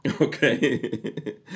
Okay